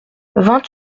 vingt